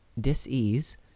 disease